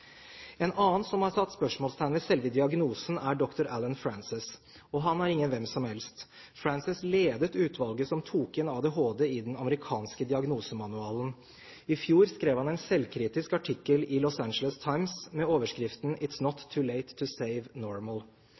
En annen som har satt spørsmålstegn ved selve diagnosen, er dr. Allen Frances. Han er ingen hvem som helst. Frances ledet utvalget som tok inn ADHD i den amerikanske diagnosemanualen. I fjor skrev han en selvkritisk artikkel i Los Angeles Times med overskriften «It’s not too late to save